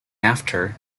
after